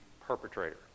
perpetrator